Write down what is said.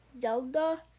Zelda